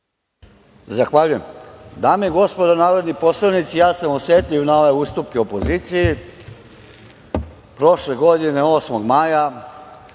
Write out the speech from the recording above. Zahvaljujem. Dame i gospodo narodni poslanici, ja sam osetljiv na ove ustupke opoziciji. Prošle godine, 8. maja,